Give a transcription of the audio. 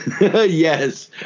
Yes